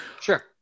Sure